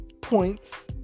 points